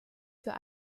für